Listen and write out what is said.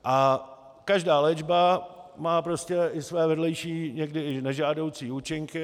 A každá léčba má prostě i své vedlejší, někdy i nežádoucí účinky.